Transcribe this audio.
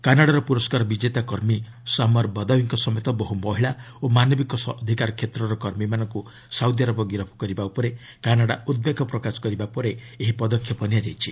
କାନାଡାର ପୁରସ୍କାର ବିଜେତା କର୍ମୀ ସାମର ବାଦାୱିଙ୍କ ସମେତ ବହୁ ମହିଳା ଓ ମାନବିକ ଅଧିକାର କ୍ଷେତ୍ରର କର୍ମୀମାନଙ୍କୁ ସାଉଦିଆରବ ଗିରଫ୍ କରିବା ଉପରେ କାନାଡା ଉଦ୍ବେଗ ପ୍ରକାଶ କରିବା ପରେ ଏହି ପଦକ୍ଷେପ ନିଆଯାଇଛି